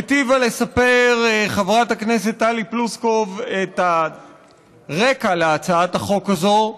היטיבה לספר חברת הכנסת טלי פלוסקוב את הרקע להצעת החוק הזו,